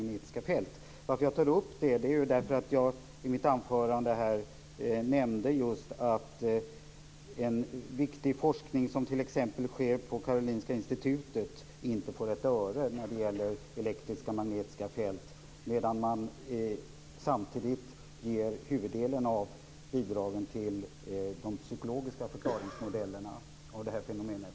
Anledningen till att jag tar upp detta är att den, som jag nämnde i mitt huvudanförandeanförande, viktiga forskning som t.ex. sker på Karolinska Institutet inte får ett enda öre när det gäller elektriska och magnetiska fält, medan huvuddelen av bidragen går till de psykologiska förklaringsmodellerna i fråga om det här fenomenet.